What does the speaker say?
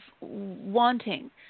wanting